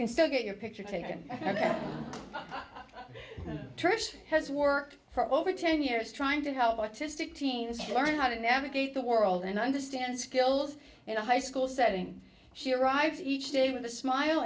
can still get your picture taken and target has worked for over ten years trying to help artistic teens learn how to navigate the world and understand skills in a high school setting she arrives each day with a smile